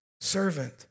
servant